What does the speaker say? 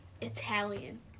Italian